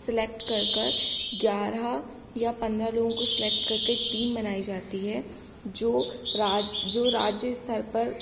select कर कर ग्यारह या पंद्रह लोगों को सेलेक्ट कर के टीम बनाई जाती है जो राज जो राज्य स्तर पर